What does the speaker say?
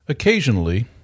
Occasionally